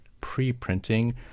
pre-printing